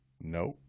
Nope